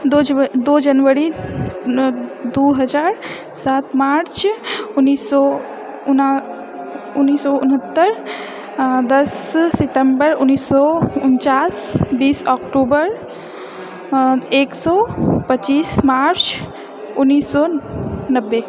दू ज दू जनवरी दू हजार सात मार्च उन्नैस सए उना उन्नैस सए उनहत्तर दश सितम्बर उन्नैस सए उञ्चास बीस अक्टूबर एक सए पच्चीस मार्च उन्नैस सए नबे